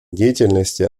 деятельности